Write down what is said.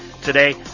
Today